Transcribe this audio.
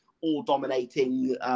all-dominating